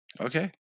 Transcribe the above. okay